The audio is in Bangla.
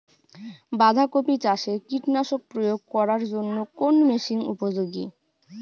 বাঁধা কপি চাষে কীটনাশক প্রয়োগ করার জন্য কোন মেশিন উপযোগী?